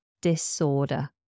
Disorder